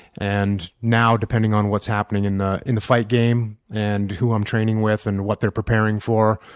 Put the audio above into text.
and now, depending on what's happening in the in the fight game and who i'm training with and what they're preparing for,